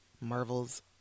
Marvel's